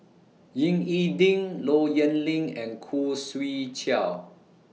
Ying E Ding Low Yen Ling and Khoo Swee Chiow